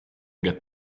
get